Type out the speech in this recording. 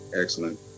excellent